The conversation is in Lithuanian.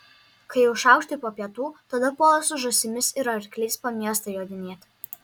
kai jau šaukštai po pietų tada puola su žąsimis ir arkliais po miestą jodinėti